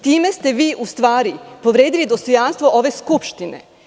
Time ste vi u stvari povredili dostojanstvo ove Skupštine.